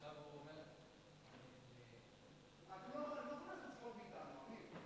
ומאתנו לירדן.